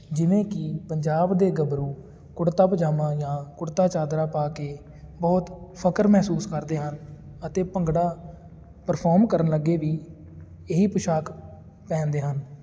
ਜਿਵੇਂ ਕਿ ਪੰਜਾਬ ਦੇ ਗੱਭਰੂ ਕੁੜਤਾ ਪਜਾਮਾ ਜਾਂ ਕੁੜਤਾ ਚਾਦਰਾ ਪਾ ਕੇ ਬਹੁਤ ਫਕਰ ਮਹਿਸੂਸ ਕਰਦੇ ਹਨ ਅਤੇ ਭੰਗੜਾ ਪ੍ਰਫੋਰਮ ਕਰਨ ਲੱਗੇ ਵੀ ਇਹੀ ਪੁਸ਼ਾਕ ਪਹਿਨਦੇ ਹਨ